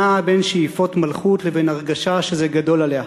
נעה בין שאיפות מלכות לבין הרגשה שזה גדול עליה.